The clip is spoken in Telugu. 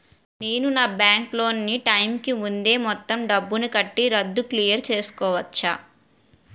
నేను నా బ్యాంక్ లోన్ నీ టైం కీ ముందే మొత్తం డబ్బుని కట్టి రద్దు క్లియర్ చేసుకోవచ్చా?